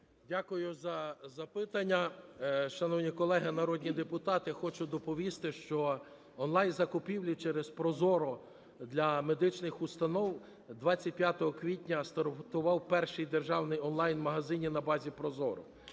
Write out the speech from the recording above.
Дякую за запитання. Шановні колеги народні депутати, хочу доповісти, що онлайн закупівлі через ProZorro для медичних установ, 25 квітня стартував перший державний онлайн-магазин на базі ProZorro.